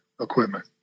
equipment